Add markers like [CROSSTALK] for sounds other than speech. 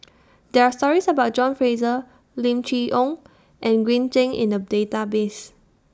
[NOISE] There Are stories about John Fraser Lim Chee Onn and Green Zeng in The Database